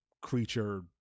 creature